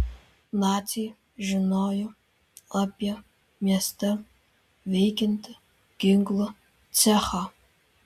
naciai žinojo apie mieste veikiantį ginklų cechą